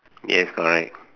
yes correct